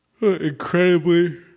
incredibly